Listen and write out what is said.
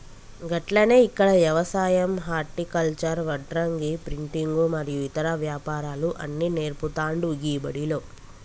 గట్లనే ఇక్కడ యవసాయం హర్టికల్చర్, వడ్రంగి, ప్రింటింగు మరియు ఇతర వ్యాపారాలు అన్ని నేర్పుతాండు గీ బడిలో